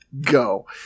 go